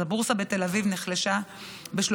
אז הבורסה בתל אביב נחלשה ב-3%.